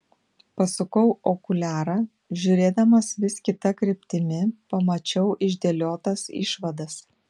pasukau okuliarą žiūrėdamas vis kita kryptimi pamačiau išdėliotas išvadas